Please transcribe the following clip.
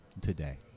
today